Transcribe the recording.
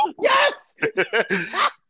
Yes